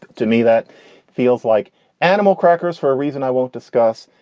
to me, that feels like animal crackers for a reason i won't discuss.